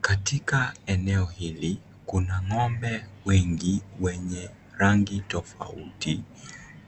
Katika eneo hili kuna ng'ombe wengi wenye rangi tofauti